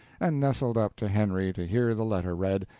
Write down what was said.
and nestled up to henry to hear the letter read,